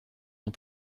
ans